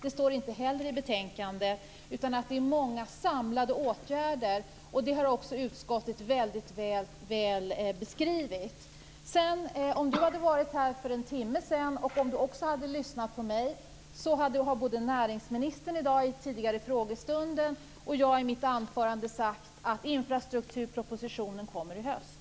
Det står inte heller i betänkandet. Det handlar om många samlade åtgärder. Det har också utskottet väl beskrivit. Om Runar Patriksson hade varit här för en timme sedan och dessutom lyssnat på mig hade han hört att näringsministern vid frågestunden och jag i mitt anförande sade att infrastrukturpropositionen kommer i höst.